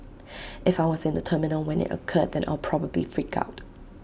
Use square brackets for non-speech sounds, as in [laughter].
[noise] if I was in the terminal when IT occurred then I'll probably freak out